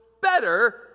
better